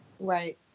Right